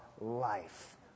life